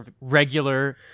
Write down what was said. regular